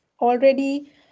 already